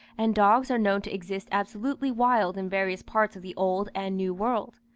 and dogs are known to exist absolutely wild in various parts of the old and new world.